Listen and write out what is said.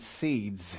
seeds